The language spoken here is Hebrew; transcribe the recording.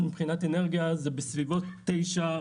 אז מבחינת אנרגיה זה בסביבות תשעה אחוזים,